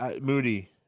Moody